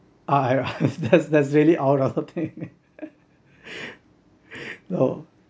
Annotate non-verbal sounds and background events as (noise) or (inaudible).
ah I that's that's really out of the thing (laughs) no